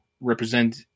represent